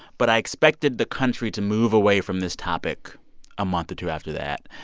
but i expected the country to move away from this topic a month or two after that.